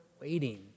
waiting